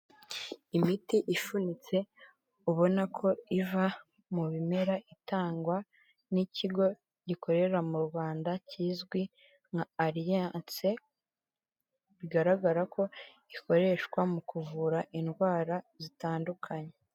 Imiti ifunitse, ubona ko iva mu bimera, itangwa n'ikigo gikorera mu Rwanda, kizwi nka aliyanse ,bigaragara ko ikoreshwa mu kuvura indwara zitandukanye.